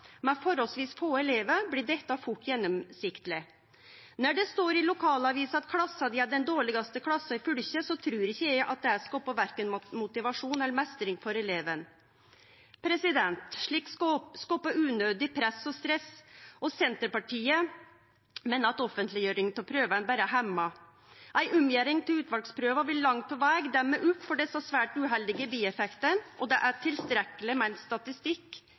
med forholdsvis få elevar, blir dette fort gjennomsiktig. Når det står i lokalavisa at klassa di er den dårlegaste klassa i fylket, trur ikkje eg at det skapar verken motivasjon eller meistring for eleven. Slikt skapar unødig press og stress, og Senterpartiet meiner at offentleggjering av prøvene berre hemmar. Ei omgjering av nasjonale prøver til utvalsprøver vil langt på veg demme opp for desse svært uheldige bieffektane. Det er tilstrekkeleg med ein statistikk,